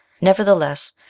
nevertheless